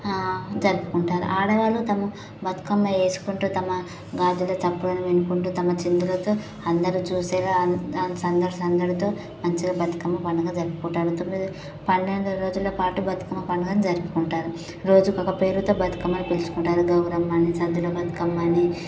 జరుపుకుంటారు ఆడవాళ్ళు తమ బతుకమ్మ వేసుకుంటూ తమ గాజుల చప్పుడులను వినుకుంటూ తమ చిందులతో అందరూ చూసేలా సందడి సందడితో మంచిగా బతుకమ్మ పండుగను జరుపుకుంటారు తొమ్మిది పన్నెండు రోజులపాటు బతుకమ్మ పండుగను జరుపుకుంటారు రోజు ఒక పేరుతో బతుకమ్మను పిలుచుకుంటారు గౌరమ్మ అని సంతలో బతుకమ్మ అని